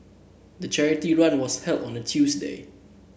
the charity run was held on a Tuesday